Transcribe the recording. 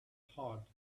hot